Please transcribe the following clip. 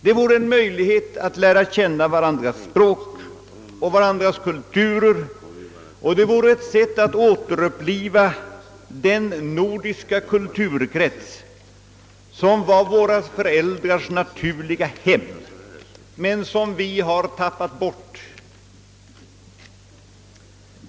Det vore en möjlighet att lära känna varandras språk och varandras kulturer — det vore ett sätt att återuppliva den nordiska kulturkrets som var våra föräldrars naturliga hem men som vi har tappat bort.